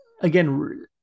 again